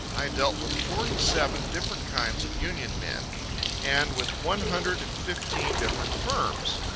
i dealt with forty-seven different kinds of union men and with one hundred and fifteen different firms.